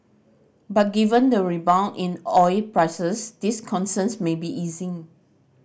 but given the rebound in oil prices these concerns may be easing